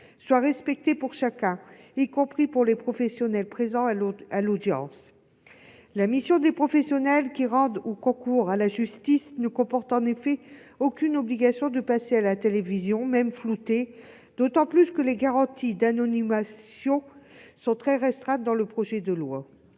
soit respecté pour chacun, y compris pour les professionnels présents à l'audience. La mission des professionnels qui rendent la justice ou concourent à son exercice ne comporte en effet aucune obligation de passer à la télévision, même floutés, d'autant que les garanties d'anonymat sont très restreintes dans le projet de loi.